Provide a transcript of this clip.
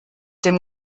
dem